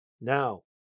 Now